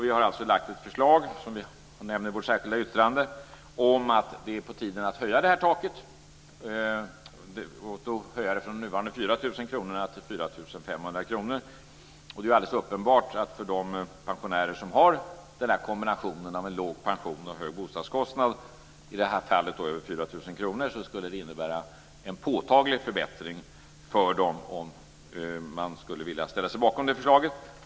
Vi har alltså lagt fram ett förslag - detta nämns i vårt särskilda yttrande - om att det är på tiden att taket höjs från nuvarande 4 000 kr till 4 500 kr. Det är alldeles uppenbart att det för de pensionärer som har låg pension i kombination med hög bostadskostnad, i det här fallet över 4 000 kr, skulle innebära en påtaglig förbättring om man ville ställa sig bakom förslaget.